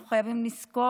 אנחנו חייבים לזכור,